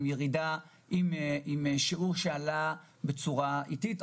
שיעור ההשתתפות עלה בצורה איטית.